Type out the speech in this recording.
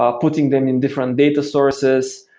ah putting them in different data sources,